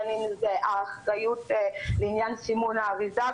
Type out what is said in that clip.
בין אם זה אחריות לעניין סימון האריזה,